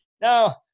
Now